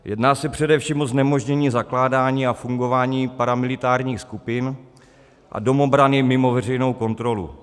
Jedná se především o znemožnění zakládání a fungování paramilitárních skupin a domobrany mimo veřejnou kontrolu.